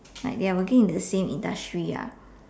like they are working in the same industry lah